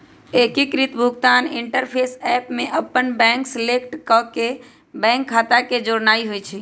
एकीकृत भुगतान interface app में अप्पन बैंक सेलेक्ट क के बैंक खता के जोड़नाइ होइ छइ